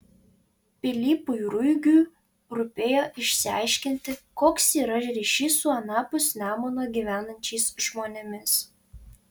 pilypui ruigiu rūpėjo išsiaiškinti koks yra ryšys su anapus nemuno gyvenančiais žmonėmis